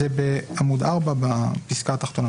זה בעמוד 4 בפסקה התחתונה,